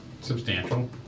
substantial